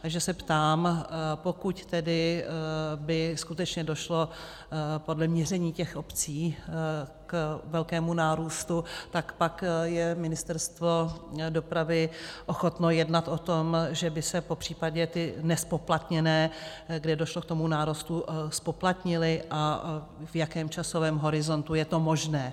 Takže se ptám, pokud tedy by skutečně došlo podle měření obcí k velkému nárůstu, tak pak je Ministerstvo dopravy ochotno jednat o tom, že by se popřípadě ty nezpoplatněné, kde došlo k tomu nárůstu, zpoplatnily a v jakém časovém horizontu je to možné.